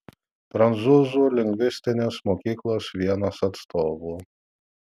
prancūzų lingvistinės mokyklos vienas atstovų